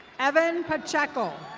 evan pacheckel.